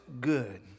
good